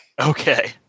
Okay